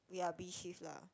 ya B shift um